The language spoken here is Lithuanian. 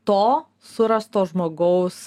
to surasto žmogaus